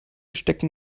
stecken